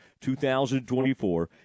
2024